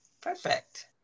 Perfect